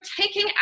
taking